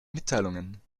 mitteilungen